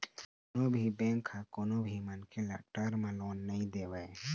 कोनो भी बेंक ह कोनो भी मनखे ल टर्म लोन नइ देवय